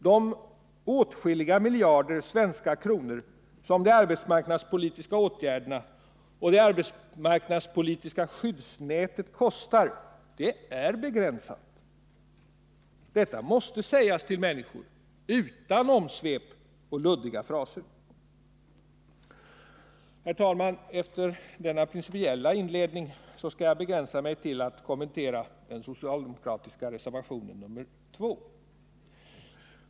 De åtskilliga miljarder svenska kronor, som de arbetsmarknadspolitiska åtgärderna och det arbetsmarknadspolitiska skyddsnätet kostar, är begränsade medel. Detta måste sägas till människor utan omsvep och luddiga fraser. Herr talman! Efter denna principiella inledning skall jag begränsa mig till att kommentera den socialdemokratiska reservationen nr 2.